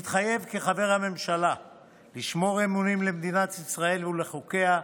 מתחייב כחבר הממשלה לשמור אמונים למדינת ישראל ולחוקיה,